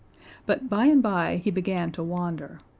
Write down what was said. but by-and-by he began to wander.